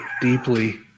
deeply